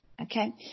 Okay